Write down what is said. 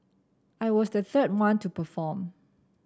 I was the third one to perform